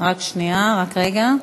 רק שנייה, רק רגע.